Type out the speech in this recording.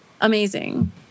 Amazing